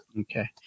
Okay